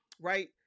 right